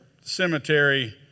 cemetery